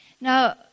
Now